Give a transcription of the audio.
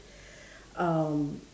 um